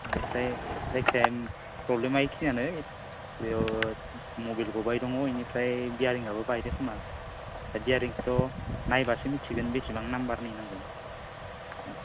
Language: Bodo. बेनिफ्राय जायखिजाया प्रब्लेमा एखेयानो बेयाव मबिल गबाय दङ बेनिफ्राय बियारिंआबो बायदोंखोमा ओमफ्राय बियारिंखौथ' नायबासो मिनथिगोन बेसेबां नाम्बारनि नांगोन औ